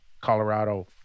Colorado